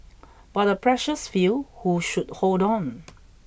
but a precious few who should hold on